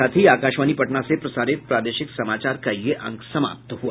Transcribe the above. इसके साथ ही आकाशवाणी पटना से प्रसारित प्रादेशिक समाचार का ये अंक समाप्त हुआ